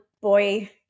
boy